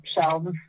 shelves